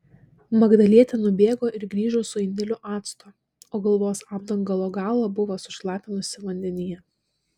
magdalietė nubėgo ir grįžo su indeliu acto o galvos apdangalo galą buvo sušlapinusi vandenyje